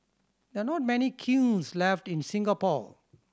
there are not many kilns left in Singapore